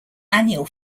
annual